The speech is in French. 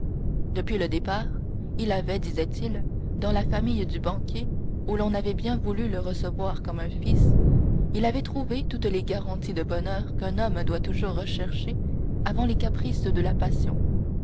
depuis le départ il avait disait-il dans la famille du banquier où l'on avait bien voulu le recevoir comme un fils il avait trouvé toutes les garanties de bonheur qu'un homme doit toujours rechercher avant les caprices de la passion